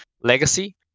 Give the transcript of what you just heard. Legacy